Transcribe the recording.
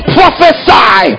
prophesy